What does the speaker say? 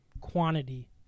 quantity